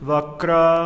Vakra